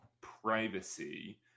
privacy